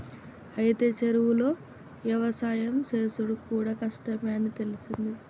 అయితే చెరువులో యవసాయం సేసుడు కూడా కష్టమే అని తెలిసింది